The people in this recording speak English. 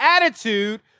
attitude